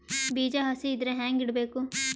ಬೀಜ ಹಸಿ ಇದ್ರ ಹ್ಯಾಂಗ್ ಇಡಬೇಕು?